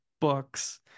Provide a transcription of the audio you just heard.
books